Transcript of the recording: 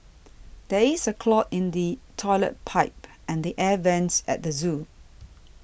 there is a clog in the Toilet Pipe and the Air Vents at the zoo